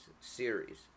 series